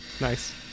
Nice